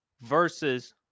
versus